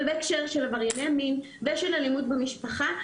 אבל בהקשר של עברייני מין ושל אלימות במשפחה,